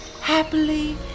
happily